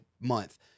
month